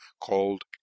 called